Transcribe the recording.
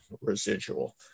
residual